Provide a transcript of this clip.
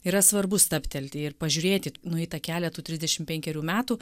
yra svarbu stabtelti ir pažiūrėti nueitą kelią tų trisdešim penkerių metų